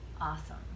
Awesome